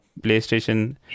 PlayStation